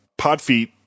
Podfeet